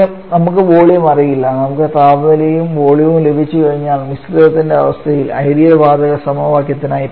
നമുക്ക് വോളിയം അറിയില്ല നമുക്ക് താപനിലയും വോള്യവും ലഭിച്ചുകഴിഞ്ഞാൽ മിശ്രിത അവസ്ഥയിൽ ഐഡിയൽ വാതക സമവാക്യത്തിനായി പോകാം